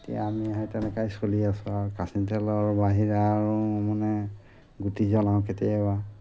এতিয়া আমি সেই তেনেকৈ চলি আছোঁ আৰু কাচি তেলৰ বাহিৰা আৰু মানে গুটি জ্বলাওঁ কেতিয়াবা